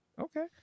Okay